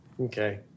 Okay